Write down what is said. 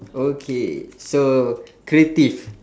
okay so creative